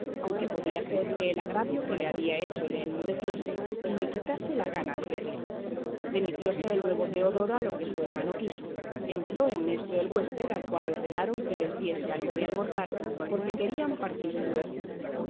aunque podía ser que el agravio que le había hecho le enmudeciese y le quitase la gana de verle remitióse el nuevo teodoro a lo que su hermano quiso entró en esto el huésped al cual ordenaron que les diese algo de almorzar porque querían partise luego